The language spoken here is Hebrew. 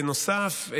בנוסף,